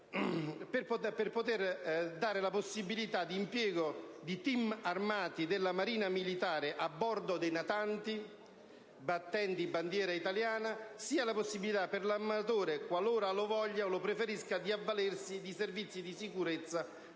riconosciuta la possibilità di impiego di *team* armati della Marina militare a bordo di natanti battenti bandiera italiana, nonché la possibilità per gli armatori, qualora lo preferiscano, di avvalersi di servizi di sicurezza